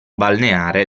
balneare